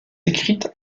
écrite